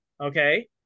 Okay